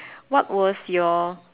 what was your